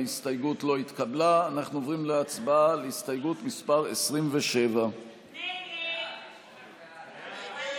אנחנו עוברים להצבעה על הסתייגות מס' 26. הצבעה.